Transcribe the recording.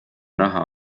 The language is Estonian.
raha